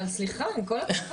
אבל סליחה, עם כל הכבוד.